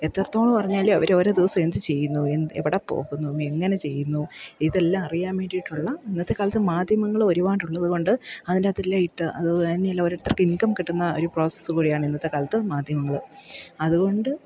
എത്രത്തോളം അറിഞ്ഞാലെ അവരോരോ ദിവസം എന്തു ചെയ്യുന്നു എന്ത് എവിടെപ്പോകുന്നു എങ്ങനെ ചെയ്യുന്നു ഇതെല്ലാം അറിയാൻ വേണ്ടിയിട്ടുള്ള ഇന്നത്തെക്കാലത്ത് മാധ്യമങ്ങൾ ഒരുപാടുള്ളതുകൊണ്ട് അതിൻ്റെ അകത്തെല്ലാം ഇട്ട് അതു തന്നെയല്ല ഓരോരുത്തർക്ക് ഇൻകം കിട്ടുന്ന ഒരു പ്രോസസ്സ് കൂടിയാണ് ഇന്നത്തെക്കാലത്ത് മാധ്യമങ്ങൾ അതുകൊണ്ട്